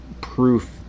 proof